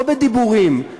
לא בדיבורים,